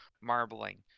marbling